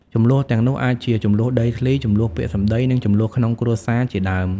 ជម្លោះទាំងនោះអាចជា ជម្លោះដីធ្លី ជម្លោះពាក្យសម្ដី និងជម្លោះក្នុងគ្រួសារជាដើម។